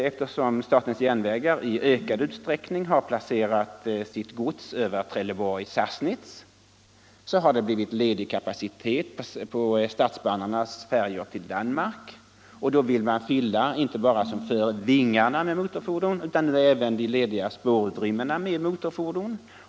Eftersom statens järnvägar i ökad utsträckning låter sin godstrafik gå över Trelleborg-Sassnitz har det blivit ledig kapacitet på De danske Statsbaners färjor till Danmark. Då vill man där fylla inte bara, som förr, vingarna utan även de lediga spårutrymmena med motorfordon.